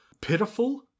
pitiful